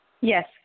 Yes